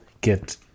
get